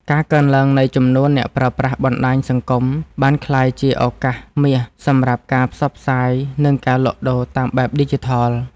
ការកើនឡើងនៃចំនួនអ្នកប្រើប្រាស់បណ្តាញសង្គមបានក្លាយជាឱកាសមាសសម្រាប់ការផ្សព្វផ្សាយនិងការលក់ដូរតាមបែបឌីជីថល។